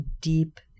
deep